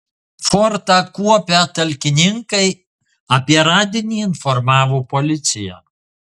fortą kuopę talkininkai apie radinį informavo policiją